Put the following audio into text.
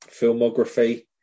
filmography